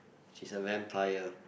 she's a vampire